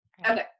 okay